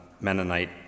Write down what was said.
Mennonite